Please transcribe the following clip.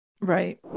Right